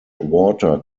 water